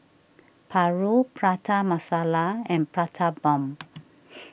Paru Prata Masala and Prata Bomb